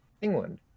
England